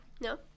No